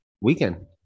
weekend